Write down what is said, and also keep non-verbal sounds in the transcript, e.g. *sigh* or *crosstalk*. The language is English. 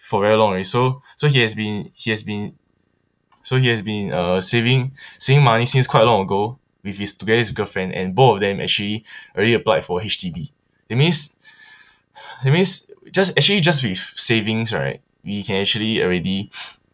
for very long already so so he has been he has been so he has been uh saving saving money since quite long ago with his together with his girlfriend and both of them actually *breath* already applied for H_D_B that means *breath* that means just actually just with savings right we can actually already *breath*